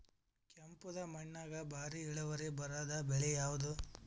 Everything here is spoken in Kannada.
ಕೆಂಪುದ ಮಣ್ಣಾಗ ಭಾರಿ ಇಳುವರಿ ಬರಾದ ಬೆಳಿ ಯಾವುದು?